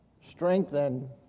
strengthen